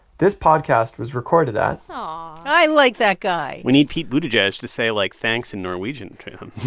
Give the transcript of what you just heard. this podcast was recorded at. aww i like that guy we need pete buttigieg to say, like, thanks in norwegian to him